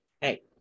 hey